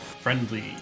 friendly